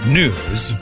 news